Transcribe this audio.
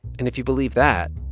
and if you believe that,